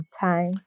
time